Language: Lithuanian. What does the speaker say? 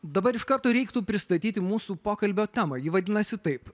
dabar iš karto reiktų pristatyti mūsų pokalbio temą ji vadinasi taip